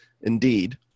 Indeed